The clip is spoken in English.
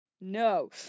No